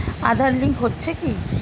Aadhaar link হচ্ছে কি?